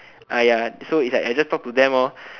ah ya so it's like I just talk to them lor